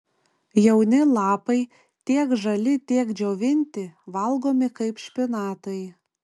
jauni lapai tiek žali tiek džiovinti valgomi kaip špinatai